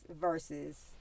versus